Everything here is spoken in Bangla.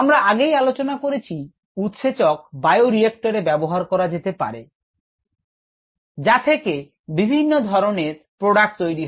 আমরা আগেই আলোচনা করেছি উৎসেচক বায়ো রিয়্যাক্টরে ব্যবহার করা যেতে পারে যা থেকে বিভিন্ন ধরনের প্রোডাক্ট তৈরি হয়